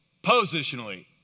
Positionally